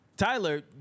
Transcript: Tyler